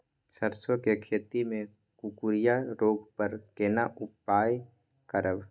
सरसो के खेती मे कुकुरिया रोग पर केना उपाय करब?